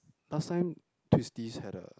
last time Twisties had a